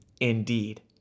indeed